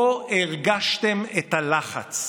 פה הרגשתם את הלחץ,